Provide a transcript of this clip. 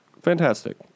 Fantastic